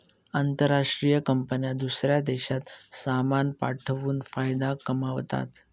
आंतरराष्ट्रीय कंपन्या दूसऱ्या देशात सामान पाठवून फायदा कमावतात